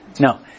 No